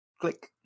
Click